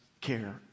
care